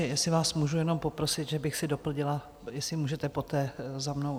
Jestli vás můžu jenom poprosit, že bych si doplnila, jestli můžete poté za mnou.